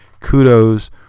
kudos